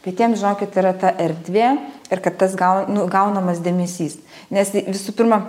bet jiem žinokit yra ta erdvė ir kad tas gau nu gaunamas dėmesys nes visų pirma